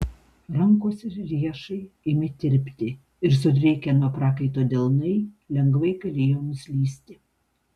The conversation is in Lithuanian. rankos ir riešai ėmė tirpti ir sudrėkę nuo prakaito delnai lengvai galėjo nuslysti